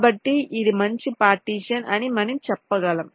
కాబట్టి ఇది మంచి పార్టీషన్ అని మనం చెప్పగలం